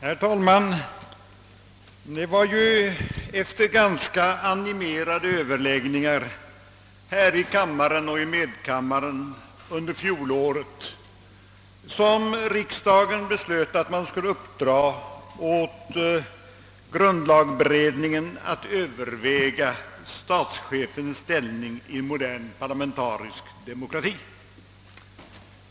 Herr talman! Det var ju efter ganska animerade överläggningar här i kammaren och i medkammaren som riksdagen i fjol beslöt uppdra åt grundlagberedningen att överväga frågan om statschefens ställning i en modern parlamentarisk demokrati.